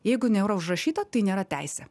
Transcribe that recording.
jeigu nėra užrašyta tai nėra teisė